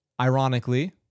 ironically